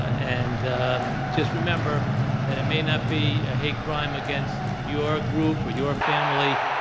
and just remember that it may not be a hate crime against your group or your family,